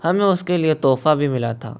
हमें उसके लिए तोहफ़ा भी मिला था